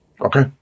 Okay